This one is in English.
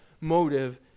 motive